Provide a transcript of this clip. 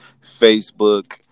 facebook